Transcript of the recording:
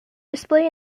display